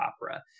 opera